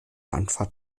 anfahrt